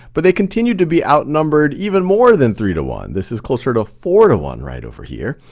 but they continued to be outnumbered even more than three to one, this is closer to four to one right over here.